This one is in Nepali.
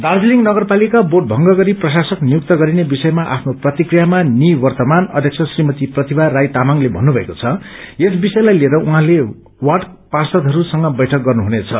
दार्जीलिङ नगरपालिका बोर्ड भंग गरी प्रशासक नियुक्त गरिने विषयमा आफ्नो प्रतिक्रियामा निवर्तमान अध्यक्ष श्रीमती प्रतिभा राई तामाङले भन्नुभएको छ यस विषयलाई लिएर वार्ड पार्षदहरूसँग बैठक गर्नुहुनेछ